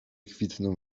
kwitną